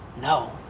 No